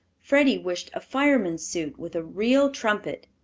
freddie wished a fireman's suit with a real trumpet,